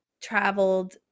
traveled